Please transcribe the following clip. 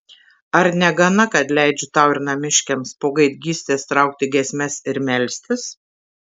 ar negana kad leidžiu tau ir namiškiams po gaidgystės traukti giesmes ir melstis